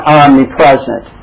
omnipresent